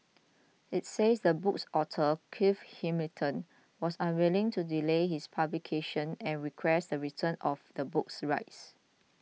it said the book's author Clive Hamilton was unwilling to delay his publication and requested the return of the book's rights